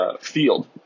field